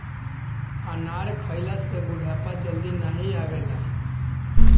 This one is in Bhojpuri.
अनार खइला से बुढ़ापा जल्दी नाही आवेला